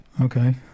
Okay